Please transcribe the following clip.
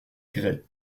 gray